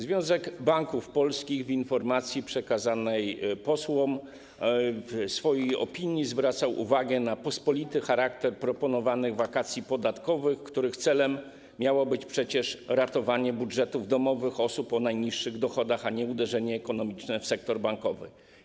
Związek Banków Polskich w informacji przekazanej posłom w swojej opinii zwracał uwagę na pospolity charakter proponowanych wakacji podatkowych, których celem miało być przecież ratowanie budżetów domowych osób o najniższych dochodach, a nie uderzenie ekonomiczne w sektor bankowy.